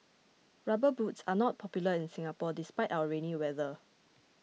rubber boots are not popular in Singapore despite our rainy weather